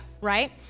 right